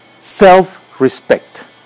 self-respect